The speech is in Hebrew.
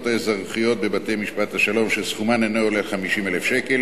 האזרחיות בבתי-משפט השלום שסכומן אינו עולה על 50,000 שקל,